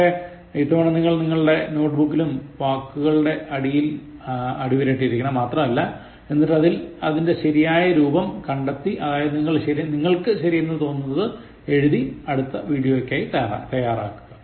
പക്ഷേ ഇത്തവണ നിങ്ങൾ നിങ്ങളുടെ നോട്ട്ബുക്കിലും വാക്കുകളുടെ അടിയിൽ അടിവരയിട്ടിരിക്കണം മാത്രമല്ല എന്നിട്ട് അതിന്റെ ശരിയായ രൂപം കണ്ടെത്തി അതായത് നിങ്ങൾക്ക് ശരിയെന്നു തോന്നുന്നത് എഴുതി അടുത്ത വീഡിയോക്കായി തയ്യാറാകുക